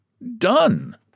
Done